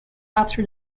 after